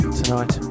tonight